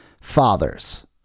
fathers